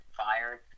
fired